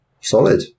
Solid